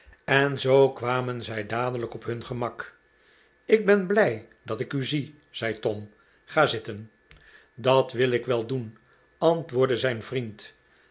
en zoo kwamen zij dadelijk op hun gemak ik ben blij dat ik u zie zei tom ga zitten dat wil ik wel doen antwoordde zijn vriend